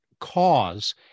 cause